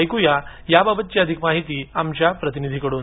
ऐक्या याबाबतची अधिक माहिती आमच्या प्रतिनिधीनीकडून